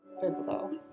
physical